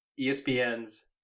ESPN's